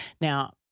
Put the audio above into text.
Now